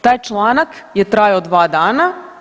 Taj članak je trajao dva dana.